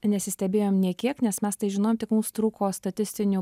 nesistebėjom nei kiek nes mes tai žinojom tik mums trūko statistinių